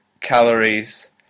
calories